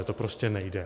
To prostě nejde.